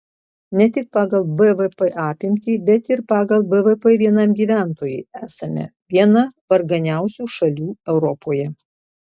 ne tik pagal bvp apimtį bet ir pagal bvp vienam gyventojui esame viena varganiausių šalių europoje